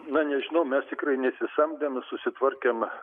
na nežinau mes tikrai nusisamdėm ir susitvarkėm